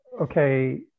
Okay